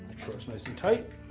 sure it's nice and tight.